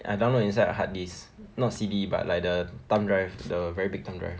I download inside a hard disk not C_D but like the thumb drive the very big thumb drive